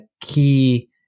key